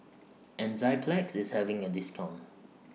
Enzyplex IS having A discount